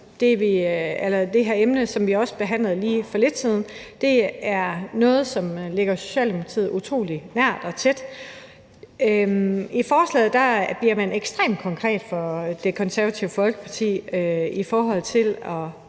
det emne, som vi også behandlede lige for lidt siden, noget, som ligger Socialdemokratiet utrolig meget på sinde. I forslaget bliver man fra Det Konservative Folkepartis side ekstremt